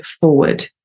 forward